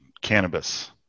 cannabis